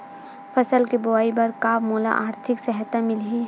फसल के बोआई बर का मोला आर्थिक सहायता मिलही?